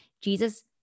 Jesus